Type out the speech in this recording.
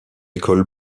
école